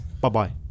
bye-bye